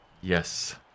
Yes